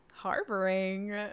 harboring